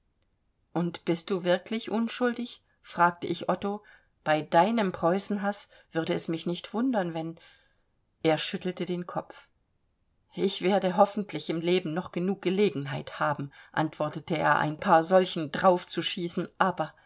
und bist du wirklich unschuldig fragte ich otto bei deinem preußenhaß würde es mich nicht wundern wenn er schüttelte den kopf ich werde hoffentlich im leben noch genug gelegenheit haben antwortete er ein paar solchen draufzuschießen aber